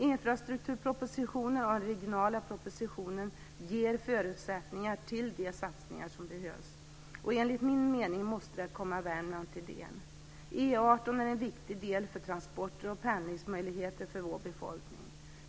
Infrastrukturpropositionen och den regionalpolitiska propositionen ger förutsättningar för de satsningar som behövs. Enligt min mening måste de komma Värmland till del. E 18 är en viktig väg för transporter och pendlingsmöjligheter för vår befolkning.